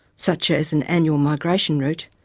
such as an annual migration route,